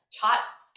taught